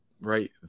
right